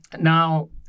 now